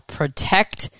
protect